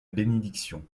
bénédiction